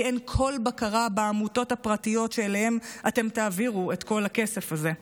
כי אין כל בקרה בעמותות הפרטיות שאליהן תעבירו את כל הכסף הזה,